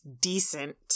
decent